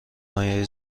مایع